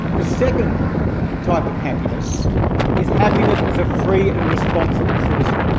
the second type of happiness is happiness as a free and responsible citizen.